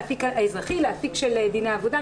לאפיק האזרחי או לאפיק של דיני עבודה.